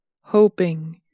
hoping